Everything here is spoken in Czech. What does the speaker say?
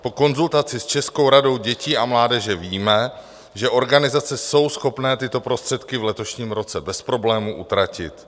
Po konzultaci s Českou radou dětí a mládeže víme, že organizace jsou schopné tyto prostředky v letošním roce bez problému utratit.